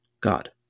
God